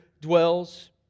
dwells